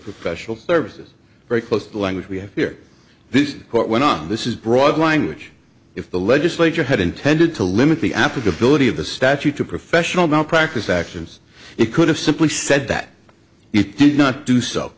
professional services very close to the language we have here this court went on this is broad language if the legislature had intended to limit the applicability of the statute to professional malpractise actions it could have simply said that he did not do so